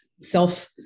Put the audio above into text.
self